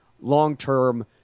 long-term